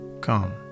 Come